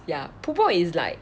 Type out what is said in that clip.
ya pu bo is like